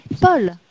Paul